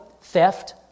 theft